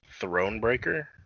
Thronebreaker